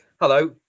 Hello